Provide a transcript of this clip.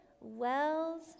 Wells